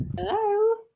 hello